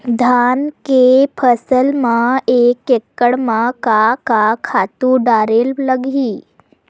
धान के फसल म एक एकड़ म का का खातु डारेल लगही?